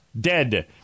Dead